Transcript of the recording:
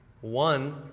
one